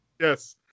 Yes